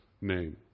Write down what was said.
name